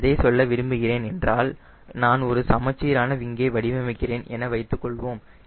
நான் எதைச் சொல்ல விரும்புகிறேன் என்றால் நான் ஒரு சமச்சீரான விங்கை வடிவமைக்கிறேன் என வைத்துக் கொள்வோம்